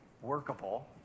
workable